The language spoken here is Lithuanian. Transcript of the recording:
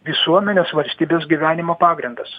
visuomenės valstybės gyvenimo pagrindas